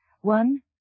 One